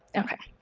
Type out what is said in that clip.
okay,